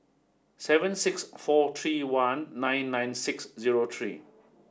seven six four three one nine nine six zero three